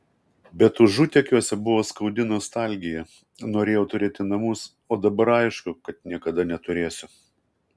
bet užutekiuose buvo skaudi nostalgija norėjau turėti namus o dabar aišku kad niekada neturėsiu